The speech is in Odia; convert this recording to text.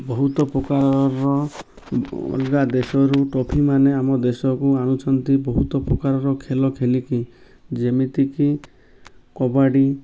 ବହୁତ ପ୍ରକାରର ଅଲଗା ଦେଶରୁ ଟ୍ରଫି ମାନ ଆମ ଦେଶକୁ ଆଣୁଛନ୍ତି ବହୁତ ପ୍ରକାରର ଖେଳ ଖେଲିକି ଯେମିତିକି କବାଡ଼ି